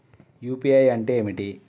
UPI అంటే ఏమిటీ?